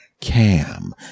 Cam